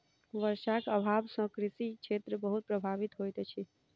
वर्षाक अभाव सॅ कृषि क्षेत्र बहुत प्रभावित होइत अछि